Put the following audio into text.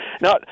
Now